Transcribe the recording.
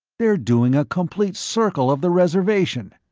they're doing a complete circle of the reservation.